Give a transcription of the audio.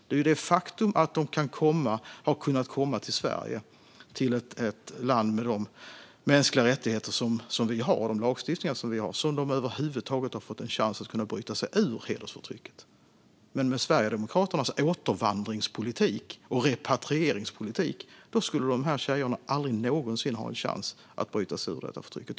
Det är faktumet att de har kunnat komma till Sverige, till ett land med de mänskliga rättigheter och lagstiftningar som vi har, som har lett till att de över huvud taget har fått en chans att bryta sig ur hedersförtrycket. Med Sverigedemokraternas återvandringspolitik och repatrieringspolitik skulle de tjejerna aldrig någonsin ha en chans att bryta sig ur förtrycket.